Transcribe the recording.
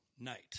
night